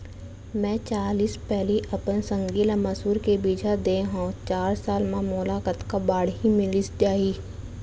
मैं चालीस पैली अपन संगी ल मसूर के बीजहा दे हव चार साल म मोला कतका बाड़ही मिलिस जाही?